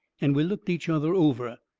and we looked each other over.